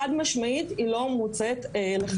חד משמעית היא לא מוצאת לחל"ת.